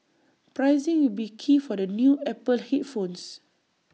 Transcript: pricing will be key for the new Apple headphones